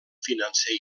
financer